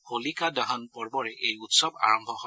হোলিকা দহন পৰ্বৰে এই উৎসৱ আৰম্ভ হয়